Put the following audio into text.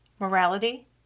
MORALITY